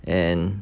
and